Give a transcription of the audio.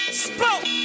spoke